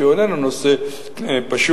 שהוא איננו נושא פשוט,